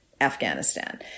Afghanistan